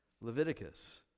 Leviticus